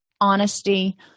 honesty